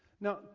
Now